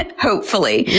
ah hopefully.